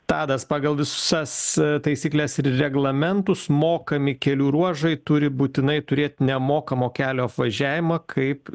tadas pagal visas taisykles ir reglamentus mokami kelių ruožai turi būtinai turėt nemokamo kelio apvažiavimą kaip